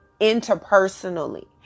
interpersonally